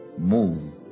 move